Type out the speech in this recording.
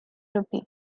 rupee